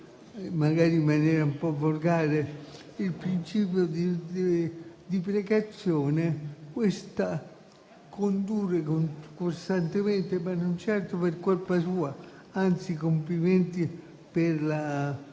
magari in maniera un po' volgare il principio di precauzione - condurre costantemente in questo modo - non certo per colpa sua, anzi complimenti per la